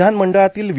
विधानमंडळातील वि